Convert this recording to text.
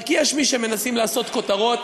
רק יש מי שמנסים לעשות כותרות.